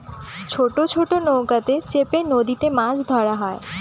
ছোট ছোট নৌকাতে চেপে নদীতে মাছ ধরা হয়